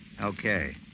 Okay